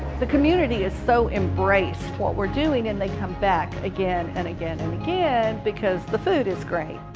the community is so embraced. what we're doing and they come back again and again and again because the food is great.